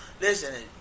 listen